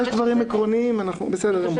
בסדר.